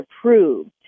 approved